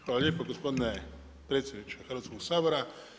Hvala lijepo gospodine predsjedniče Hrvatskog sabora.